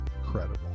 Incredible